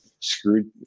screwed